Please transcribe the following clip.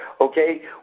okay